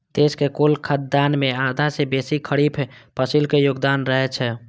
देशक कुल खाद्यान्न मे आधा सं बेसी खरीफ फसिलक योगदान रहै छै